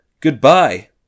goodbye